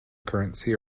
currency